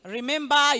Remember